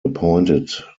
appointed